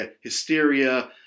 Hysteria